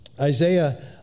Isaiah